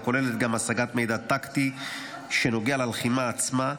הכוללת גם השגת מידע טקטי שנוגע ללחימה עצמה,